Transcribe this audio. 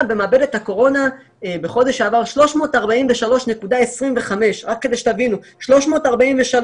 במעבדת הקורונה בחודש שעבר 343.25 שעות,